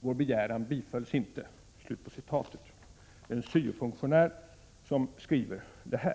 Vår begäran bifölls inte.” Det var en syo-funktionär som skrev detta.